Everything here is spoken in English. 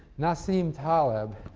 nassim taleb,